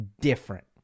different